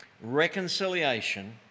reconciliation